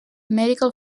medical